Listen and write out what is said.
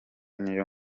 nicyo